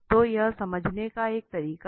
तो यह समझने का एक तरीका है